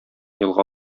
елга